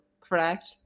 correct